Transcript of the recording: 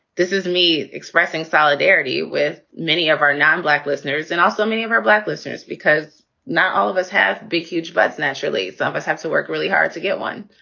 this is me expressing solidarity with many of our nonblack listeners and also many of our black listeners, because now all of us have been huge. but nationally, some of us have to work really hard to get one.